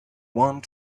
want